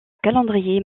calendrier